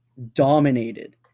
dominated